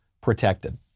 protected